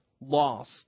lost